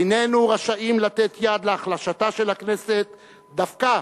איננו רשאים לתת יד להחלשתה של הכנסת דווקא